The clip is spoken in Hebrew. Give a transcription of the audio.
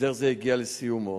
הסדר זה הגיע לסיומו.